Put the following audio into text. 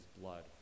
blood